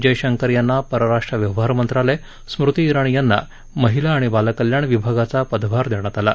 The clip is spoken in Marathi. जयशंकर यांना परराष्ट्र व्यवहार मंत्रालय स्मृती इराणी यांना महिला आणि बालकल्याण विभागाचा पदभार देण्यात आला आहे